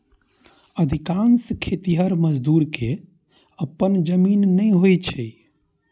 अधिकांश खेतिहर मजदूर कें अपन जमीन नै होइ छै